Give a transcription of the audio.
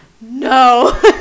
No